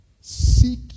seek